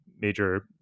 major